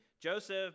Joseph